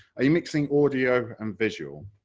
are you mixing audio and visual?